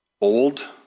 Old